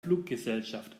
fluggesellschaft